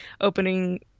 opening